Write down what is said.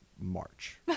March